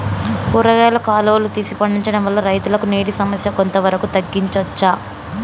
కూరగాయలు కాలువలు తీసి పండించడం వల్ల రైతులకు నీటి సమస్య కొంత వరకు తగ్గించచ్చా?